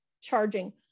charging